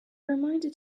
reminded